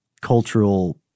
cultural